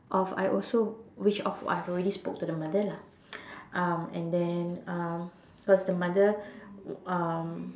of I also which of I've already spoke to the mother lah um and then um cause the mother um